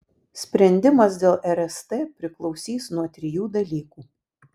sprendimas dėl rst priklausys nuo trijų dalykų